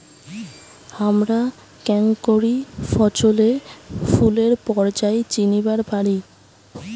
হামরা কেঙকরি ফছলে ফুলের পর্যায় চিনিবার পারি?